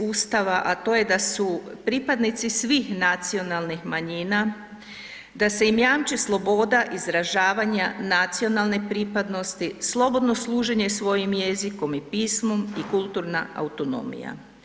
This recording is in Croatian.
Ustava, a to je da su pripadnici svih nacionalnih manjina, da se im jamči sloboda izražavanja nacionalne pripadnosti, slobodno služenje svojim jezikom i pismom i kulturna autonomija.